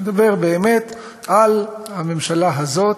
אני מדבר באמת על הממשלה הזאת,